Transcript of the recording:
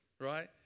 right